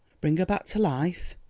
bring her back to life?